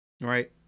right